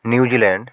New Zealand